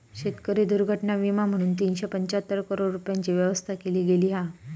शेतकरी दुर्घटना विमा म्हणून तीनशे पंचाहत्तर करोड रूपयांची व्यवस्था केली गेली हा